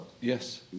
Yes